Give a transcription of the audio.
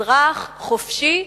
אזרח חופשי,